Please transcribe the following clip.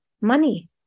money